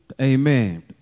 Amen